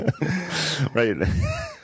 Right